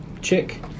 Chick